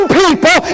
people